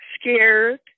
Scared